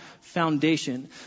foundation